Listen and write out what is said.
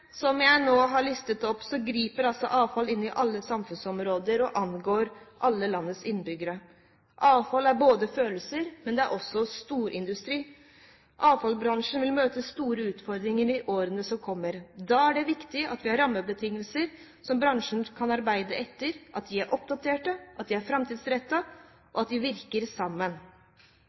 Som jeg nå har listet opp, griper altså avfall inn i alle samfunnsområder og angår alle landets innbyggere. Avfall er følelser, men det er også storindustri. Avfallsbransjen vil møte store utfordringer i årene som kommer. Da er det viktig at vi har rammebetingelser som bransjen kan arbeide etter, at de er oppdaterte, at de er framtidsrettede, og at de virker sammen.